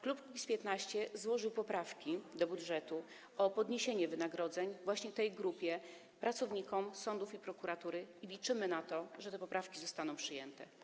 Klub Kukiz’15 złożył poprawki do budżetu dotyczące podniesienia wynagrodzeń właśnie tej grupie, pracownikom sądów i prokuratury, i liczymy na to, że te poprawki zostaną przyjęte.